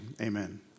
amen